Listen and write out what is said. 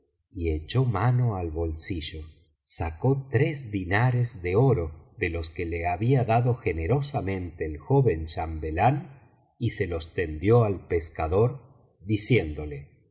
y echó mano al bolsillo sacó tres dinares de oro de los que le había dado generosamente el joven chambelán y se los tendió al pescador diciéndolé